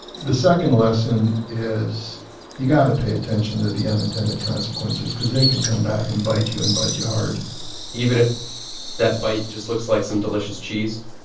the second lesson is you got to pay attention to the unintended consequences because they can come back and bite you and bite you hard even if that bite just looks like some delicious cheese